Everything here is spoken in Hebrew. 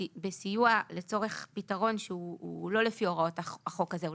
בסיוע לצורך פתרון שהוא לא לפי הוראות החוק הזה,